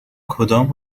کدام